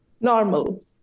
Normal